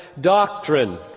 doctrine